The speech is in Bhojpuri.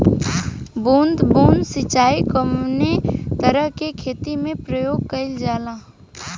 बूंद बूंद सिंचाई कवने तरह के खेती में प्रयोग कइलजाला?